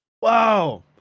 Wow